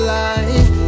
life